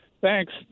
Thanks